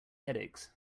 headaches